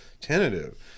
tentative